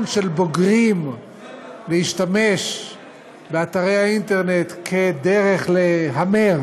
של בוגרים להשתמש באתרי האינטרנט כדרך להמר